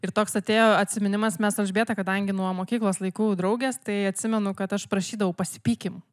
ir toks atėjo atsiminimas mes su elžbieta kadangi nuo mokyklos laikų draugės tai atsimenu kad aš prašydavau pasipykim